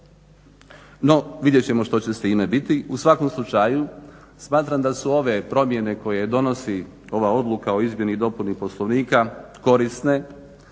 No, vidjet ćemo što će s time biti. U svakom slučaju smatram da su ove promjene koje donosi ova Odluka o izmjeni i dopuni Poslovnika korisne,